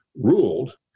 ruled